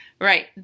Right